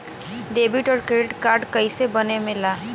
Debit और credit card कईसे बने ने ला?